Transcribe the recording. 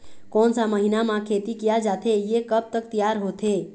कोन सा महीना मा खेती किया जाथे ये कब तक तियार होथे?